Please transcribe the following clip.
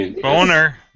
Boner